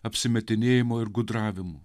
apsimetinėjimo ir gudravimų